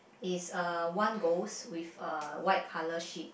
it's uh one ghost with a white colour sheet